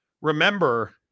remember